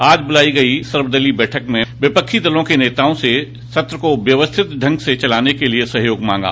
आज बुलाई गई सर्वदलीय बैठक में विपक्षी दलों के नेताओं से सत्र को व्यवस्थित ढंग से चलाने के लिये सहयोग मांगा